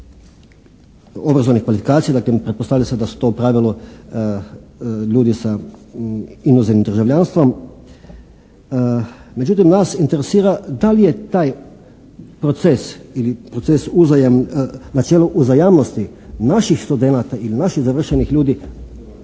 obrazovnih kvalifikacija dakle pretpostavlja se da su to u pravilu ljudi sa inozemnim državljanstvom. Međutim nas interesira da li je taj proces ili proces, načelo uzajamnosti naših studenata ili naših završenih ljudi